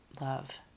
love